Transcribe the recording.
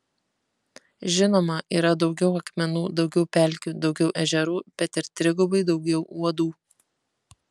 žinoma yra daugiau akmenų daugiau pelkių daugiau ežerų bet ir trigubai daugiau uodų